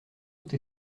doute